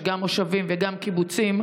יש גם מושבים וגם קיבוצים,